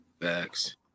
Facts